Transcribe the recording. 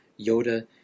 yoda